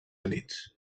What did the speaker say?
units